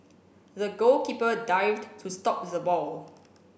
the goalkeeper dived to stop the ball